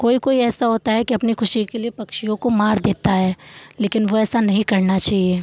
कोई कोई ऐसा होता है कि अपने ख़ुशी के लिए पक्षियों को मार देता हैं लेकिन वैसा नहीं करना चाहिए